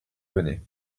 venait